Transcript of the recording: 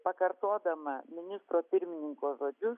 pakartodama ministro pirmininko žodžius